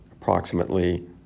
approximately